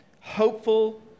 hopeful